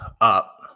up